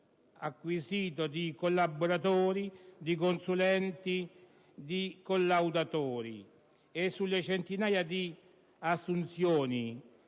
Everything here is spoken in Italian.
dipartimento di collaboratori, consulenti e collaudatori e sulle centinaia di assunzioni